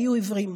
יהיו עיוורים.